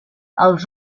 els